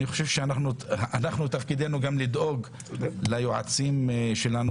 אני חושב שתפקידנו גם לדאוג ליועצים שלנו